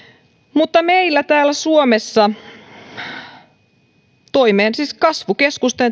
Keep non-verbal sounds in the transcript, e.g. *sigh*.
mutta meillä täällä suomessa *unintelligible* kasvukeskusten *unintelligible*